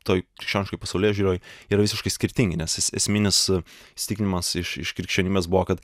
toj krikščioniškoj pasaulėžiūroje yra visiškai skirtingi nes esminis įsitiklinimas iš iš krikščionybės buvo kad